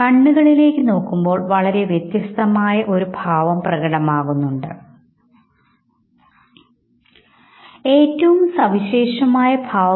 ഇടത് കണ്ണിൽ നിന്ന് വലത്തെ ലാറ്ററൽ ജെനിക്യുലേറ്റ് ന്യൂക്ലിയസിലേക്കും തുടർന്ന് തലച്ചോറിന്റെ വലതുവശത്തേക്കും പോകുന്നു